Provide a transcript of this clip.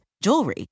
jewelry